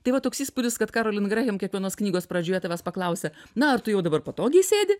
tai va toks įspūdis kad kerolin grehem kiekvienos knygos pradžioje tavęs paklausia na ar tu jau dabar patogiai sėdi